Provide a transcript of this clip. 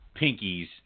pinkies